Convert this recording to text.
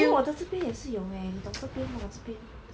eh 我的这边也是有 leh 你懂这边 hor 这边